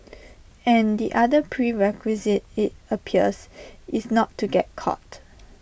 and the other prerequisite IT appears is not to get caught